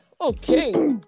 Okay